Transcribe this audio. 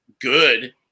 good